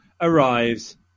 arrives